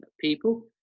people